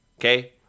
okay